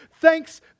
Thanks